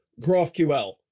GraphQL